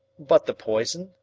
but the poison?